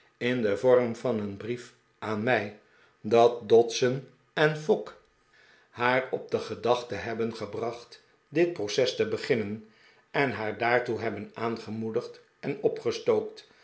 in den vorm van een brief aan mij dat dodson en fogg haar op de gedachte hebben gebracht dit proces te beginnen en haar daartoe hebben aangemoedigd en opgestookt